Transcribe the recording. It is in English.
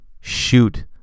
shoot